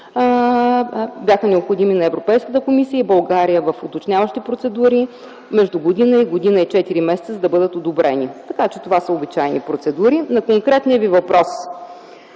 бяха необходими на Европейската комисия. България е в уточняващи процедури и е необходимо между година - година и четири месеца, за да бъдат одобрени. Така че това са обичайни процедури. На конкретния Ви въпрос